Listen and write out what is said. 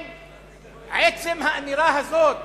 עצם האמירה הזאת